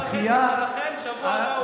זה קורה עם הפינוי, החוק הזה עובר בשבוע הבא.